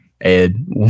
Ed